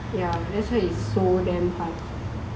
ya that's why it's so damn hard